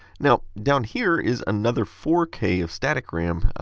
now, down here is another four k of static ram.